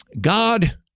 God